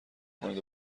کنید